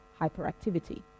hyperactivity